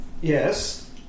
Yes